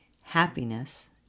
Happiness